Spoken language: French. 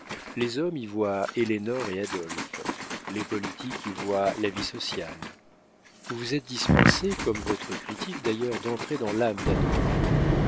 les hommes y voient ellénore et adolphe les politiques y voient la vie sociale vous vous êtes dispensée comme votre critique d'ailleurs d'entrer dans l'âme d'adolphe